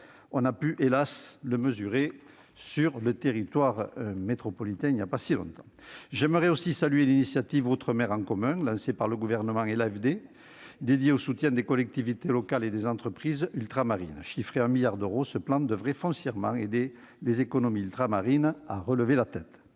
On a pu, hélas, le mesurer sur le territoire métropolitain il n'y a pas si longtemps. Je veux également saluer l'initiative « Outre-mer en commun », lancée par le Gouvernement et l'Agence française de développement, l'AFD, et dédiée au soutien des collectivités locales et des entreprises ultramarines. Chiffré à 1 milliard d'euros, ce plan devrait foncièrement aider les économies ultramarines à relever la tête.